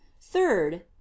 third